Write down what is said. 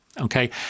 Okay